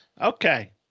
Okay